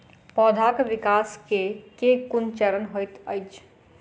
पौधाक विकास केँ केँ कुन चरण हएत अछि?